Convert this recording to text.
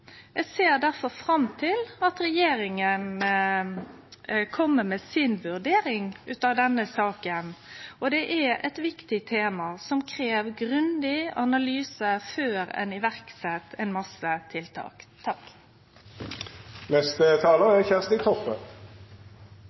vurdering av denne saka. Dette er eit viktig tema som krev ein grundig analyse før ein set i verk ein masse tiltak. Det er